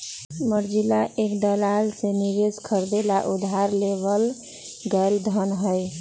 margin एक दलाल से निवेश खरीदे ला उधार लेवल गैल धन हई